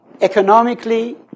Economically